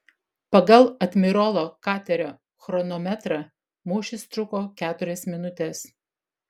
pagal admirolo katerio chronometrą mūšis truko keturias minutes